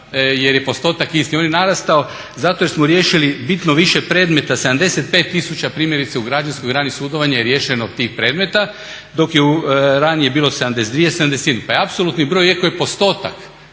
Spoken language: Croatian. jer je postotak isti. On je narastao zato jer smo riješili bitno više predmeta 75 tisuća primjerice u građanskoj grani sudovanja je riješeno tih predmeta dok je ranije bilo 72, 71, pa je apsolutni broj … postotak